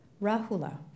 Rahula